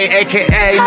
aka